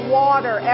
water